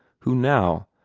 who now,